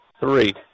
three